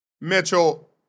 Mitchell